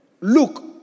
Look